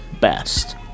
best